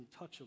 touchable